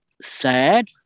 sad